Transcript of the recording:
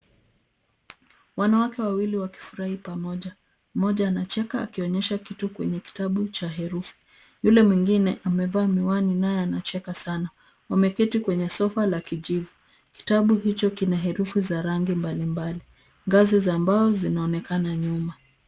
Wanawake wawili wakifurahi pamoja. Mmoja anacheka akionyesha kitu kwenye kitabu cha herufi. Yule mwingine amevaa miwani naye anacheka sana. Wameketi kwenye sofa la kijivu. Kitabu hicho kina herufi za rangi mbalimbali. Ngazi za mbao zinaonekana nyuma.